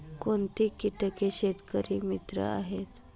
कोणती किटके शेतकरी मित्र आहेत?